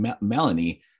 Melanie